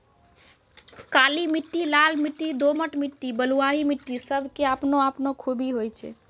काली मिट्टी, लाल मिट्टी, दोमट मिट्टी, बलुआही मिट्टी सब के आपनो आपनो खूबी होय छै